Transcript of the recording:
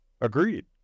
Agreed